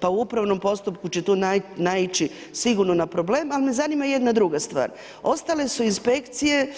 Pa u upravnom postupku će to naići sigurno na problem, ali me zanima, jedna druga stvar, ostale su inspekcije